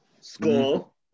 school